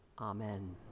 Amen